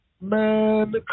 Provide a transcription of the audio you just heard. Man